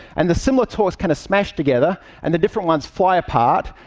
and the similar talks kind of smash together, and the different ones fly apart,